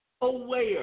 aware